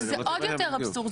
זה עוד יותר אבסורד,